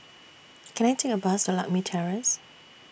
Can I Take A Bus to Lakme Terrace